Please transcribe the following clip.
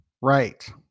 right